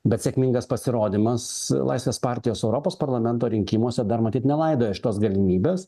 bet sėkmingas pasirodymas laisvės partijos europos parlamento rinkimuose dar matyt nelaidoja šitos galimybės